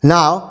Now